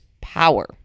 power